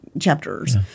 chapters